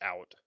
out